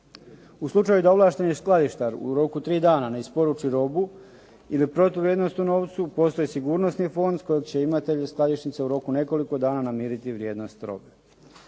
U slučaju da ovlašteni skladištar u roku tri dana ne isporuči robu ili protuvrijednost u novcu postoji sigurnosni fond iz kojeg će imatelji skladišnice u roku nekoliko dana namiriti vrijednost robe.